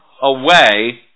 away